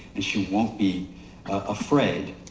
and she won't be afraid.